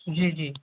जी जी